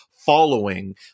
following